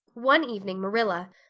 one evening marilla,